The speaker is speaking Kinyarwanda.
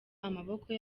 amaboko